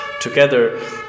together